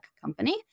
company